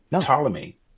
Ptolemy